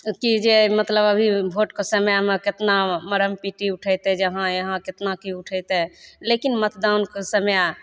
कि जे मतलब अभी भोटके समयमे कतना मरमपिट्टी उठेतै जे यहाँ यहाँ कतना कि उठेतै लेकिन मतदानके समय